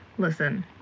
Listen